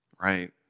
Right